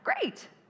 Great